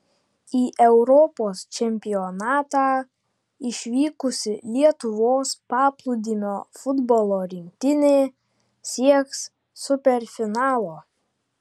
į europos čempionatą išvykusi lietuvos paplūdimio futbolo rinktinė sieks superfinalo